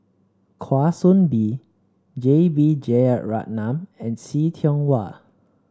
Kwa Soon Bee J B Jeyaretnam and See Tiong Wah